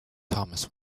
thomas